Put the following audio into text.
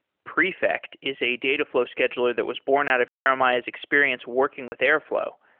prefect is a dataflow scheduler that was born out of jeremiah's experience working with airflow.